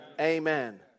Amen